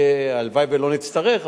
הלוואי שלא נצטרך,